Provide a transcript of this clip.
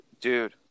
dude